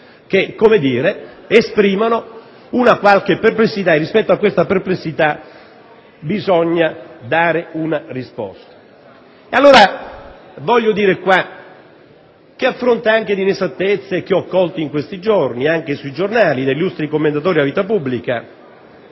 che, come dire, esprimono una qualche perplessità e rispetto a questa perplessità bisogna dare una risposta. E allora, a fronte di una serie di inesattezze che ho colto in questi giorni sui giornali da parte di illustri commentatori della vita pubblica,